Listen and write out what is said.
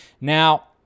Now